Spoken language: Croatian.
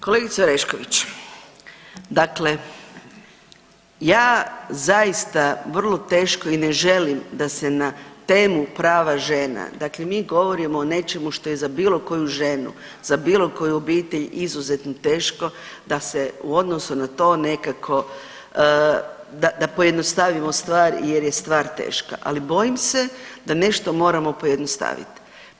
Kolegice Orešković, dakle ja zaista vrlo teško i ne želim da se na temu prava žena, dakle mi govorimo o nečemu što je za bilo koju ženu, za bilo koju obitelj izuzetno teško, da se u odnosu na to nekako, da pojednostavimo stvar jer je stvar teška, ali bojim se da nešto moramo pojednostaviti.